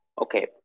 Okay